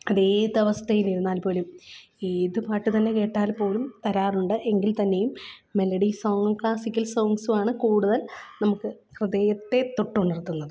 അതേതവസ്ഥയിലിരുന്നാൽ പോലും ഏത് പാട്ട് തന്നെ കേട്ടാൽ പോലും തരാറുണ്ട് എങ്കിൽ തന്നെയും മെലഡി സോങ്ങും ക്ലാസ്സിക്കൽ സോങ്ങ്സുമാണ് കൂടുതൽ നമുക്ക് ഹൃദയത്തെ തൊട്ടുണർത്തുന്നത്